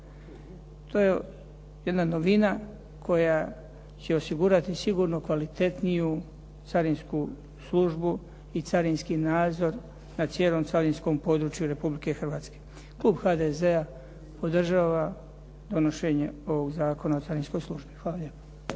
To je jedna novina koja će osigurati sigurno kvalitetniju carinsku službu i carinski nadzor na cijelom carinskom području Republike Hrvatske. Klub HDZ-a podržava donošenje ovog Zakona o carinskoj službi. Hvala